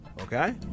okay